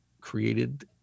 created